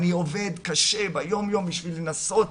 אני עובד קשה ביום יום בשביל לנסות